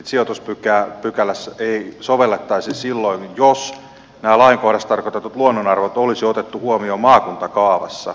sijoituspykälää ei sovellettaisi silloin jos nämä lainkohdassa tarkoitetut luonnonarvot olisi otettu huomioon maakuntakaavassa